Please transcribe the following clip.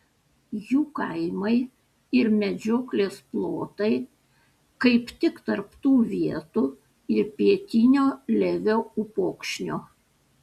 jų kaimai ir medžioklės plotai kaip tik tarp tų vietų ir pietinio levio upokšnio